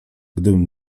gdybym